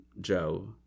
Joe